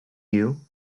you